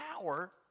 power